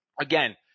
Again